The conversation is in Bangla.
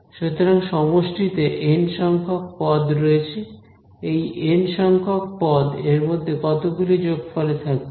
সুতরাং সমষ্টিতে N সংখ্যক পদ রয়েছে এই N সংখ্যক পদ এরমধ্যে কতগুলি যোগফলে থাকবে